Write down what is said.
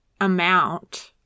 amount